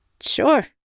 Sure